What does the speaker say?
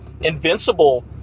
invincible